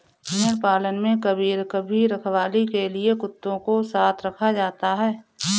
भेड़ पालन में कभी कभी रखवाली के लिए कुत्तों को साथ रखा जाता है